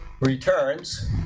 returns